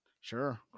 Sure